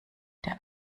der